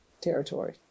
territory